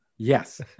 Yes